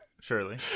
Surely